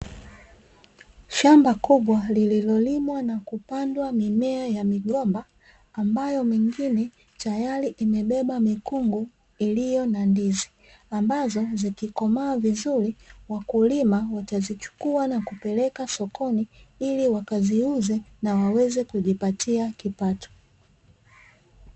Shamba kubwa lililolimwa na kupandwa mimea ya migomba, ambayo mengine tayari imebeba mikungu iliyo na ndizi ambazo zikikomaa vizuri wakulima watazichukua na kupeleka sokoni ili wakaziuze na waweze kujipatia kipato.